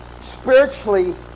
spiritually